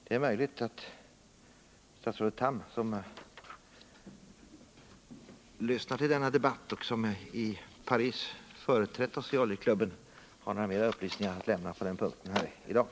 Det är möjligt att statsrådet Tham som lyssnat till denna debatt och som företrätt oss i oljeklubben i Paris har mera upplysningar att lämna på den här punkten.